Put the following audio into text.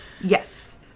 Yes